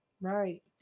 Right